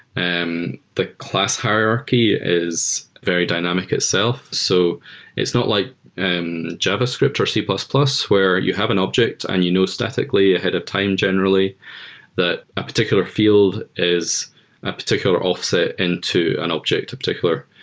um the class hierarchy is very dynamic itself. so it's not like javascript or c plus plus where you have an object and you know statically ahead of time generally that a particular field is a particular offset into an object, a particular.